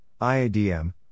IADM